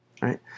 right